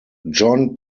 john